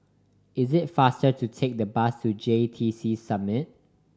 is it faster to take the bus to J T C Summit